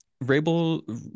Rabel